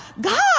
God